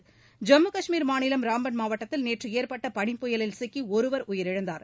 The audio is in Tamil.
ஐம்மு கஷ்மீர் மாநிலம் ராம்பன் மாவட்டத்தில் நேற்று ஏற்பட்ட பனிப்புயலில் சிக்கி ஒருவர் உயிரிழந்தார்